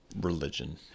religion